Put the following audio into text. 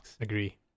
Agree